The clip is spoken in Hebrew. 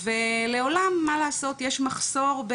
ולעולם מה לעשות יש מחסור,